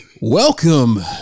Welcome